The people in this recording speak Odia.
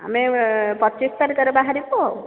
ଆମେ ପଚିଶି ତାରିଖରେ ବାହାରିବୁ ଆଉ